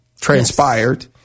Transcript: transpired